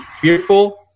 fearful